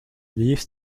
leaves